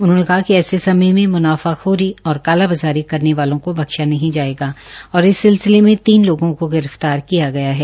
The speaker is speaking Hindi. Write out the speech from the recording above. उन्होंने कहा कि ऐसे समय में मुनाफाखोरी और कालाबाज़ारी करने वालों को बख्शा नहीं जायेगा और इस सिलसिले मे तीन लोगों को गिरफ्तार किया गया है